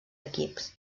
equips